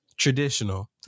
Traditional